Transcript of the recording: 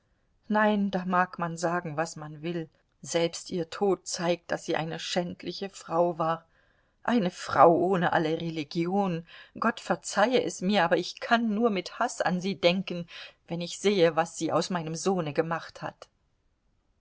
nein da mag man sagen was man will selbst ihr tod zeigt daß sie eine schändliche frau war eine frau ohne alle religion gott verzeihe es mir aber ich kann nur mit haß an sie denken wenn ich sehe was sie aus meinem sohne gemacht hat